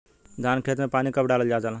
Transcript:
धान के खेत मे पानी कब डालल जा ला?